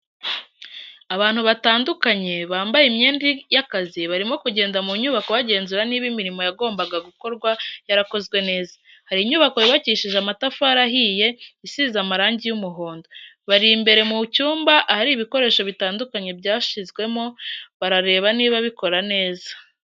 Abantu batandukanye bambaye imyenda y'akazi barimo kugenda mu nyubako bagenzura niba imirimo yagombaga gukorwa yarakozwe neza, hari inyubako yubakishije amatafari ahiye isize amarangi y'umuhondo, bari imbere mu cyumba ahari ibikoresho bitandukanye byashyizwemo barareba niba bikora neza.